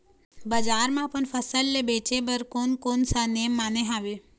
बजार मा अपन फसल ले बेचे बार कोन कौन सा नेम माने हवे?